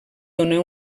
dóna